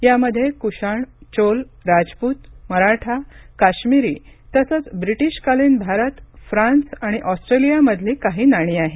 यामध्ये कुशाण चोल राजपूत मराठा काश्मीरी तसंच ब्रिटीशकालीन भारत फ्रान्स आणि ऑस्ट्रेलियामधली काही नाणी आहेत